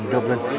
Dublin